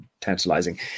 tantalizing